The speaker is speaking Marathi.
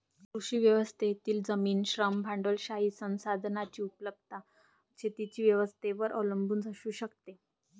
कृषी व्यवस्थेतील जमीन, श्रम, भांडवलशाही संसाधनांची उपलब्धता शेतीच्या व्यवस्थेवर अवलंबून असू शकते